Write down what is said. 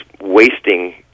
wasting